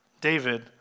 David